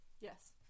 Yes